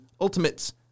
Ultimates